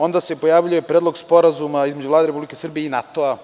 Onda se pojavljuje Predlog sporazuma između Vlade Republike Srbije i NATO-a.